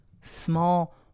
small